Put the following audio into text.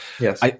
Yes